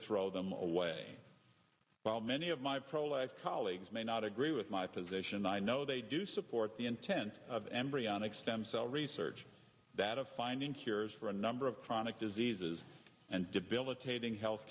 throw them away well many of my pro life colleagues may not agree with my position i know they do support the intent of embryonic stem cell research that of finding cures for a number of chronic diseases and debilitating health